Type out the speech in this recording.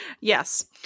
Yes